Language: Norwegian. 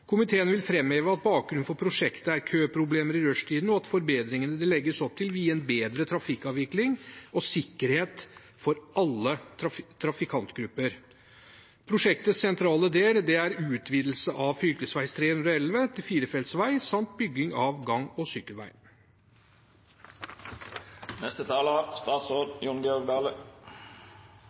Komiteen vil framheve at bakgrunnen for prosjektet er køproblemer i rushtiden, og at forbedringene det legges opp til, vil gi en bedre trafikkavvikling og sikkerhet for alle trafikantgrupper. Prosjektets sentrale del er utvidelse av fv. 311 til firefelts vei samt bygging av gang- og